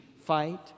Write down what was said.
fight